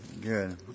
good